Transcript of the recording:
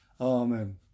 Amen